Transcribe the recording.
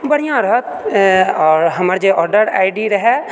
बढ़िआँ रहत आओर हमर जे ऑर्डर आइ डी रहै